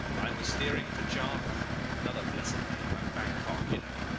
i was steering for java another blessed name like bankok, you know.